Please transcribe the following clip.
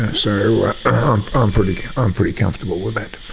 and so i'm pretty um pretty comfortable with that.